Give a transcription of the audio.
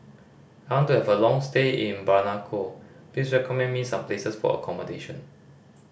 I want to have a long stay in Bamako please recommend me some places for accommodation